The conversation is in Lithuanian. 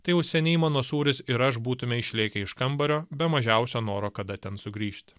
tai jau seniai mano sūris ir aš būtume išlėkę iš kambario be mažiausio noro kada ten sugrįžti